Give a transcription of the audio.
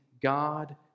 God